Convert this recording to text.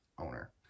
owner